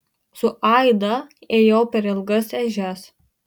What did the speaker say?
su aida ėjau per ilgas ežias